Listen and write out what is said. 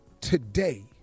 today